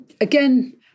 Again